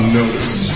notice